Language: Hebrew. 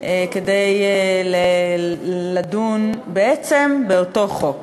כדי לדון בעצם באותו חוק.